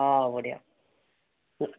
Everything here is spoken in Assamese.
অ হ'ব দিয়ক